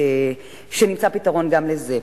שנמצא, פתרון גם לזה.